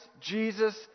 Jesus